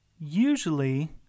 usually